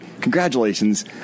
congratulations